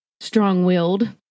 strong-willed